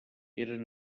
eren